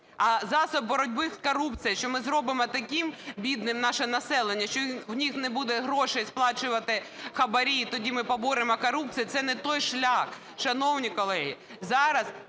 а засіб боротьби з корупцією, що ми зробимо таким бідним наше населення, що в них не буде грошей сплачувати хабарі, і тоді ми поборемо корупцію – це не той шлях, шановні колеги. Зараз